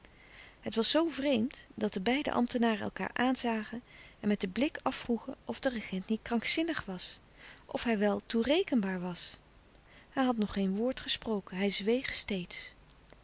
het was zoo vreemd dat de beide ambtenaren elkaâr aanzagen en met den blik afvroegen of de regent niet krankzinnig was of hij wel toerekenbaar was hij had nog geen woord gesproken hij zweeg steeds